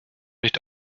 nicht